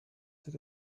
did